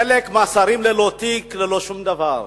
חלק מהשרים ללא תיק, ללא שום דבר.